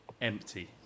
empty